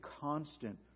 constant